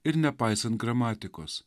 ir nepaisant gramatikos